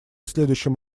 следующем